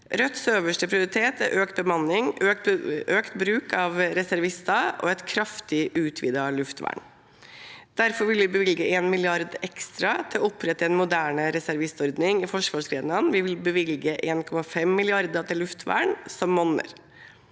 Rødts øverste prioritet er økt bemanning, økt bruk av reservister og et kraftig utvidet luftvern. Derfor vil vi bevilge én milliard ekstra til å opprette en moderne reservistordning i forsvarsgrenene, og vil vi bevilge 1,5 mrd. kr til luftvern, som monner.